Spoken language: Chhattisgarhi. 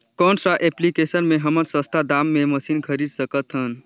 कौन सा एप्लिकेशन मे हमन सस्ता दाम मे मशीन खरीद सकत हन?